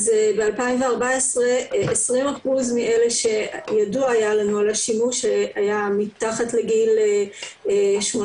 אז ב-2014 20% מאלה שידוע היה לנו על השימוש היה מתחת לגיל 18,